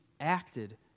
acted